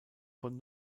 von